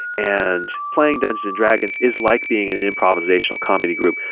and playing dungeons and dragons is like being in an improvisational comedy group.